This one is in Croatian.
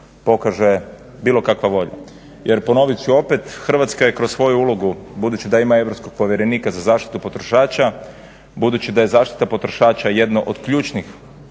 pokaže bilo kakva volja. Jer ponovit ću opet, Hrvatska je kroz svoju ulogu budući da ima europskog povjerenika za zaštitu potrošača, budući da je zaštita potrošača jedno od ključnih